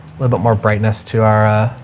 little bit more brightness to our, ah,